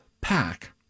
pack